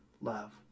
love